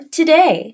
today